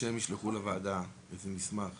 או שהם ישלחו לוועדה איזה מסמך